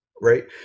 Right